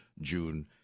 June